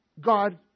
God